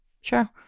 sure